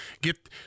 Get